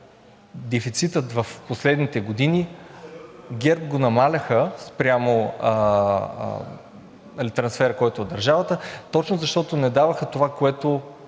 дефицитът в последните години ГЕРБ го намаляваха спрямо трансфера, който е от държавата, точно защото не даваха това, което